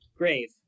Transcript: Grave